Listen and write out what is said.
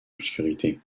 l’obscurité